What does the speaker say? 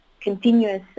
continuous